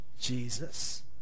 Jesus